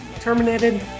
Terminated